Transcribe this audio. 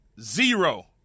zero